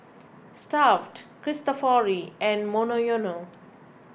Stuff'd Cristofori and Monoyono